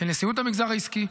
של נשיאות המגזר העסקי,